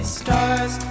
stars